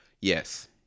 Yes